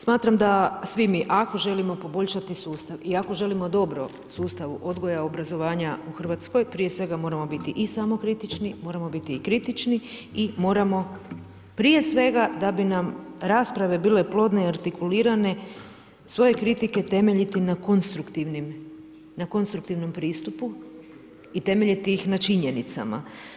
Smatram da svi mi ako želimo poboljšati sustav i ako želimo dobro sustavu odgoja, obrazovanja u Hrvatskoj prije svega moramo biti i samokritični, moramo biti i kritični i moramo prije svega da bi nam rasprave bile plodne i artikulirane svoje kritike temeljiti na konstruktivnom pristupu i temeljiti ih na činjenicama.